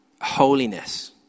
holiness